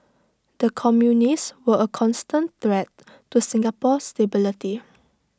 the communists were A constant threat to Singapore's stability